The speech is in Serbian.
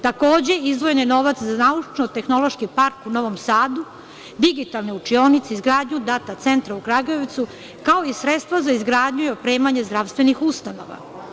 Takođe, izdvojen je novaca za naučno – tehnološki park u Novom Sadu, digitalne učionice, izgradnju Data centra u Kragujevcu, kao i sredstva za izgradnju i opremanje zdravstvenih ustanova.